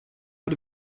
out